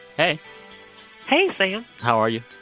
hey hey, sam how are you?